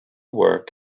work